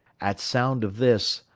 at sound of this,